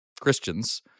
christians